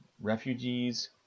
refugees